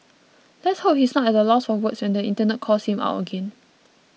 let's hope he's not at a loss for words when the Internet calls him out again